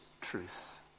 truth